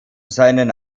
seinen